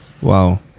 Wow